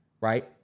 right